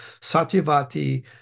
Satyavati